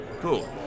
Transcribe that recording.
Cool